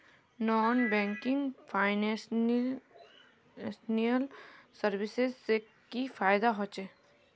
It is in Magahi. नॉन बैंकिंग फाइनेंशियल सर्विसेज से की फायदा होचे?